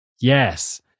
Yes